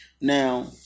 now